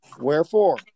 Wherefore